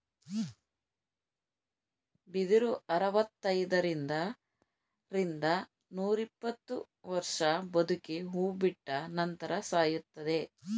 ಬಿದಿರು ಅರವೃತೈದರಿಂದ ರಿಂದ ನೂರಿಪ್ಪತ್ತು ವರ್ಷ ಬದುಕಿ ಹೂ ಬಿಟ್ಟ ನಂತರ ಸಾಯುತ್ತದೆ